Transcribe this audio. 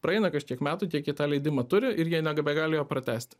praeina kažkiek metų kiek jie tą leidimą turi ir jie nebegali jo pratęsti